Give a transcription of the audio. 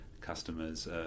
customers